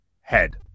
head